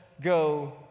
go